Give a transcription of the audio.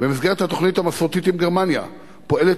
במסגרת התוכנית המסורתית עם גרמניה פועלת